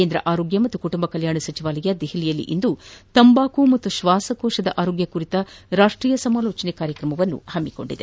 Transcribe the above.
ಕೇಂದ ಆರೋಗ್ಯ ಮತ್ತು ಕುಟುಂಬ ಕಲ್ಯಾಣ ಸಚಿವಾಲಯ ದೆಹಲಿಯಲ್ಲಿಂದು ತಂಬಾಕು ಮತ್ತು ಶ್ವಾಸಕೋಶದ ಆರೋಗ್ಯ ಕುರಿತ ರಾಷ್ಟೀಯ ಸಮಾಲೋಚನಾ ಕಾರ್ಯಕ್ರಮ ಹಮ್ಮಿಕೊಂಡಿದೆ